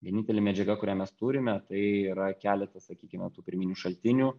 vienintelė medžiaga kurią mes turime tai yra keletas sakykime tų pirminių šaltinių